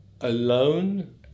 alone